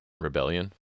Rebellion